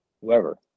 whoever